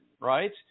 right